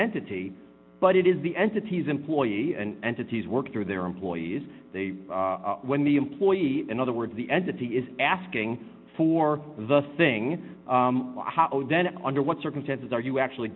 entity but it is the entities employee and cities work through their employees when the employee in other words the entity is asking for the thing how then under what circumstances are you actually